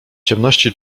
ciemności